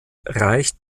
reicht